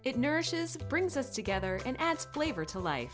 it nurses brings us together and adds flavor to li